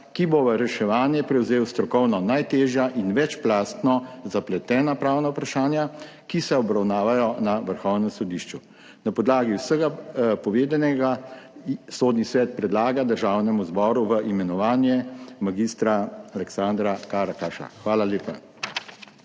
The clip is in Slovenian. ki bo v reševanje prevzel strokovno najtežja in večplastno zapletena pravna vprašanja, ki se obravnavajo na Vrhovnem sodišču. Na podlagi vsega povedanega Sodni svet predlaga Državnemu zboru v imenovanje mag. Aleksandra Karakaša. Hvala lepa.